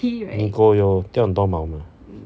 你狗有掉很多毛吗